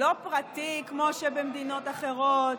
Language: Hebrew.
לא פרטי כמו במדינת אחרות.